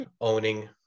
owning